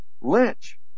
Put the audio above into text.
Lynch